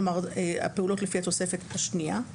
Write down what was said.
כלומר הפעולות לפי התוספת השנייה.